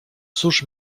cóż